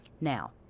Now